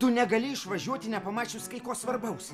tu negali išvažiuoti nepamačius kai ko svarbaus